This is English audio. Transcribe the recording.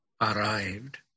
arrived